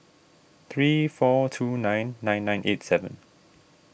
three four two nine nine nine eight seven